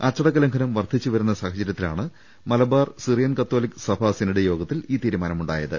അച്ചടക്കലംഘനം വർദ്ധിച്ചുവ രുന്ന സാഹചര്യത്തിലാണ് മലബാർ സിറിയൻ കത്തോലിക് സഭാ സിനഡ് യോഗത്തിൽ ഈ തീരുമാനമുണ്ടായത്